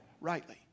rightly